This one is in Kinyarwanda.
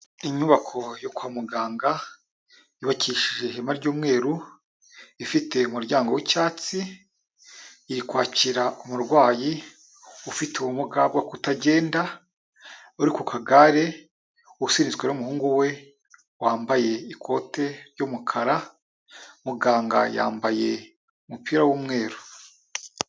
Inyubako yo kwa muganga yubakishije ihema ry'umweru, ifite umuryango w'icyatsi iri kwakira umurwayi ufite ubumuga bwo kutagenda, uri ku kagare usunitswe n'umuhungu we wambaye ikote ry'umukara, muganga yambaye umupira w'umweru.